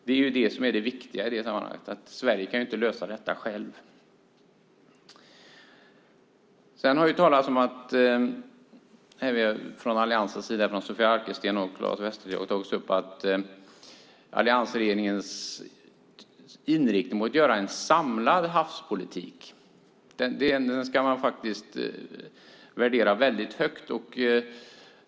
Det är det som är det viktiga i sammanhanget - Sverige kan inte självt lösa detta. Sofia Arkelsten och Claes Västerteg från Alliansen har tagit upp alliansregeringens inriktning mot att göra en samlad havspolitik, och det ska man värdera väldigt högt.